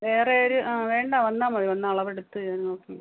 വേറെ ഒരു ആ വേണ്ട വന്നാൽ മതി വന്ന് അളവെടുത്ത് അത് നോക്കി